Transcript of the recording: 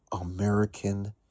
American